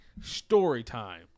Storytime